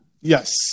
Yes